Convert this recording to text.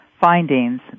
findings